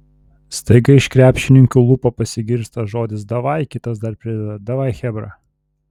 staiga iš krepšininkų lūpų pasigirsta žodis davai kitas dar prideda davai chebra